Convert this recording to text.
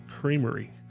Creamery